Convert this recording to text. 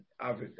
Africa